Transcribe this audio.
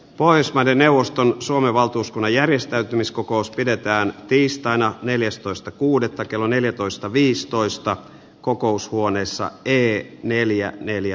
pohjoismaiden neuvoston suomen valtuuskunnan järjestäytymiskokous pidetään tiistaina neljästoista kuudetta kello neljätoista viisitoista kokoushuoneessa ei neljä neljä